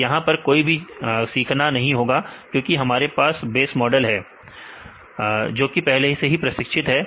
तो यहां पर कोई भी सीखना नहीं होगा क्योंकि हमारे पास बस मॉडल है जोकि पहले से ही प्रशिक्षित है